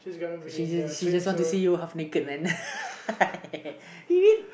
she she just want to see you half naked man